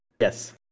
Yes